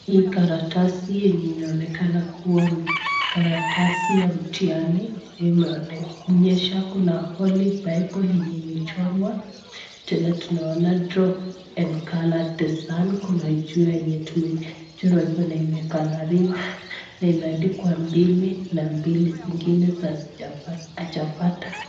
Hii karatasi yenye inaonekana ni karatasi ya mtihani ikionyesha Kuna holy bible yenye imechorwa , tena tunaona encolour the sun imekalariwa na imeandikwa mbili na mbili zingine za chapata.